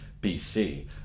BC